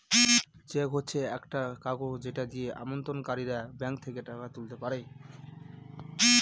check হচ্ছে একটা কাগজ যেটা দিয়ে আমানতকারীরা ব্যাঙ্ক থেকে টাকা তুলতে পারে